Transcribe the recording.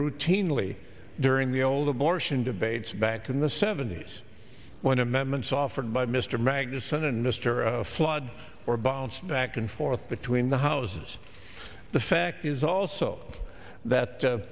routinely during the old abortion debates back in the seventy's when amendments offered by mr magnusson and mr flood or bounced back and forth between the houses the fact is also that